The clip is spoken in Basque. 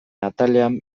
atalean